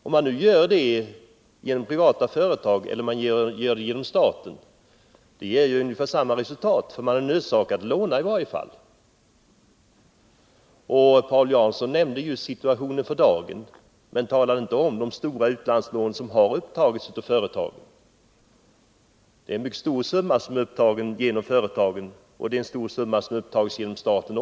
Om man gör det genom privata företag eller genom staten får det ungefär samma resultat, för man är i vilket fall som helst nödsakad att låna. Paul Jansson talade om situationen för dagen men nämnde inte de stora utlandslån som tidigare har upptagits av företagen. Det är en mycket stor summa som upplånats genom företagen, och det är också en stor summa som upplånats genom staten.